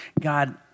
God